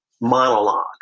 monologue